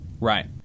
Right